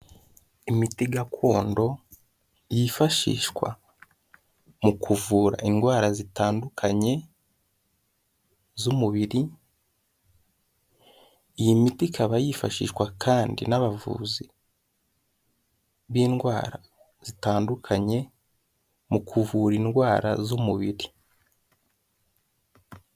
Imiti gakondo yifashishwa mu kuvura indwara zitandukanye z'umubiri iyi miti ikaba yifashishwa kandi n'abavuzi b'indwara zitandukanye mu kuvura indwara z'umubiri.